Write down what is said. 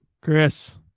Chris